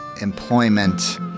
employment